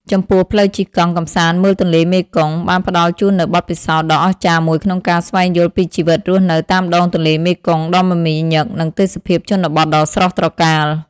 ចំពោះ ផ្លូវជិះកង់ កម្សាន្តមើលទន្លេមេគង្គ បានផ្ដល់ជូននូវបទពិសោធន៍ដ៏អស្ចារ្យមួយក្នុងការស្វែងយល់ពីជីវិតរស់នៅតាមដងទន្លេមេគង្គដ៏មមាញឹក និងទេសភាពជនបទដ៏ស្រស់ត្រកាល។